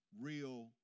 real